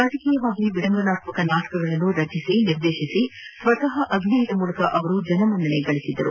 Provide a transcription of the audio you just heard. ರಾಜಕೀಯವಾಗಿ ವಿಡಂಬನಾತ್ಮಕ ನಾಣಕಗಳನ್ನು ರಚಿಸಿ ನಿರ್ದೇಶಿಸಿ ಸ್ವತಃ ಅಭಿನಯದ ಮೂಲಕ ಅವರು ಜನಮನ್ನಣೆಗೆ ಪಾತ್ರರಾಗಿದ್ದರು